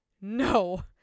No